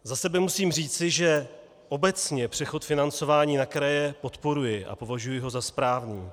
Za sebe musím říci, že obecně přechod financování na kraje podporuji a považuji ho za správný.